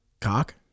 cock